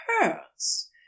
hurts